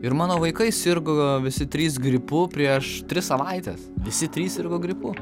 ir mano vaikai sirgo visi trys gripu prieš tris savaites visi trys sirgo gripu